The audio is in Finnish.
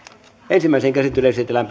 ensimmäiseen käsittelyyn esitellään